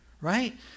right